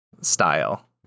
style